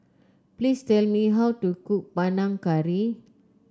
please tell me how to cook Panang Curry